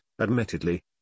admittedly